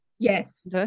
Yes